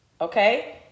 okay